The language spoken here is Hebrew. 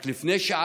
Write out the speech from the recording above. רק לפני שעה